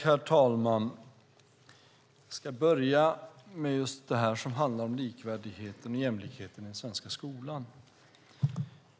Herr talman! Jag ska börja med det som handlar om likvärdigheten och jämlikheten i den svenska skolan.